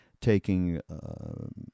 taking